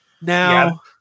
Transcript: Now